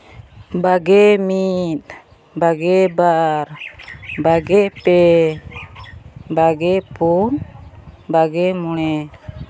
ᱵᱟᱜᱮ ᱢᱤᱫ ᱵᱟᱜᱮ ᱵᱟᱨ ᱵᱟᱜᱮ ᱯᱮ ᱵᱟᱜᱮ ᱯᱩᱱ ᱵᱟᱜᱮ ᱢᱚᱬᱮ